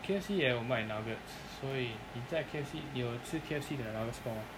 K_F_C 也有卖 nuggets 所以你在 K_F_C 你有吃 K_F_C 的 nuggets 过吗